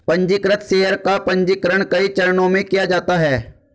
पन्जीकृत शेयर का पन्जीकरण कई चरणों में किया जाता है